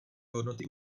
hodnoty